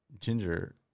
Ginger